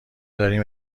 داریم